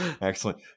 excellent